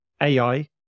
AI